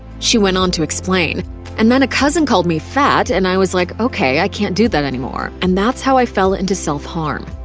she went on to explain and then a cousin called me fat and i was like, ok, i can't do that anymore and that's how i fell into self-harm.